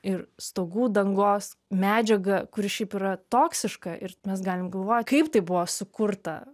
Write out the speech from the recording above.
ir stogų dangos medžiaga kuri šiaip yra toksiška ir mes galim galvoti kaip tai buvo sukurta